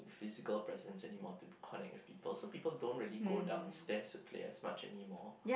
physical presence anymore to connect with people so people don't really go downstairs to play as much anymore